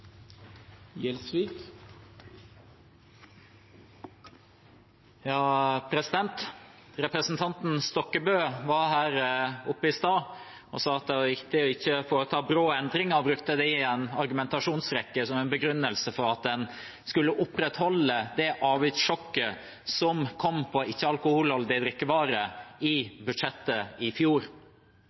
Representanten Stokkebø var her oppe i stad og sa at det var viktig ikke å foreta brå endringer – han brukte det i en argumentasjonsrekke som begrunnelse for at en skulle opprettholde det avgiftssjokket som kom på ikke-alkoholholdige drikkevarer i budsjettet i fjor.